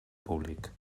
públic